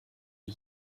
die